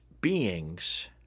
beings